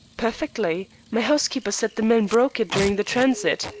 perfectly. my housekeeper said the men broke it during the transit.